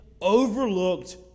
overlooked